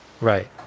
Right